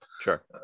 Sure